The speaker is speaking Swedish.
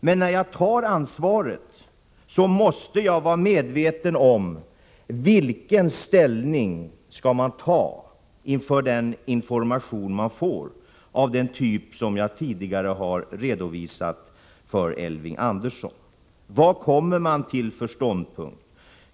Men när jag tar ansvaret måste jag vara medveten om vilken ställning man skall ta inför den information man får. Jag har tidigare redovisat för Elving Andersson vilken typ av information som jag får. Vad intar man då för ståndpunkt?